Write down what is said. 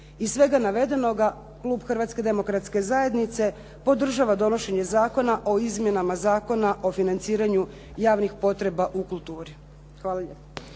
Iz svega navedenoga klub Hrvatske demokratske zajednice podržava donošenje Zakona o izmjenama Zakona o financiranju javnih potreba u kulturi. Hvala lijepo.